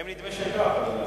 לפעמים נדמה שכך, אדוני השר.